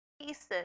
pieces